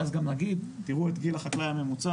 ואז גם נגיד: תראו את גיל החקלאי הממוצע,